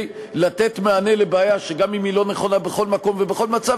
לתת מענה על בעיה שגם אם היא לא בכל מקום ובכל מצב,